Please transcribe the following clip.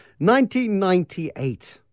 1998